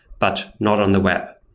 but not on the web.